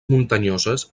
muntanyoses